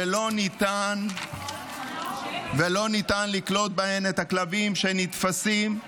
ולא ניתן לקלוט בהן את הכלבים שנתפסים.